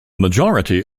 majority